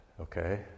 okay